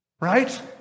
Right